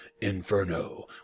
inferno